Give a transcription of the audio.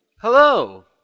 Hello